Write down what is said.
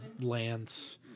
Lance